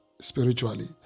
spiritually